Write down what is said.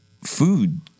food